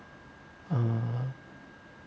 uh